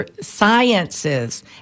Sciences